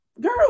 girl